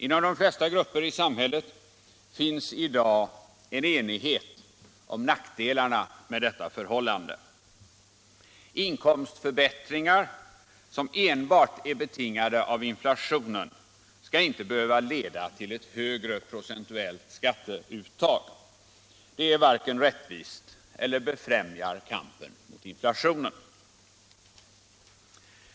Inom de flesta grupper i samhället finns i dag en enighet om nackdelarna med detta förhållande. Inkomstförbättringar som enbart är betingade av inflationen skall inte behöva leda till ett högre procentuellt skatteuttag. Det varken är rättvist eller befrämjar kampen mot inflationen.